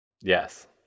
Yes